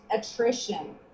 attrition